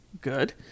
good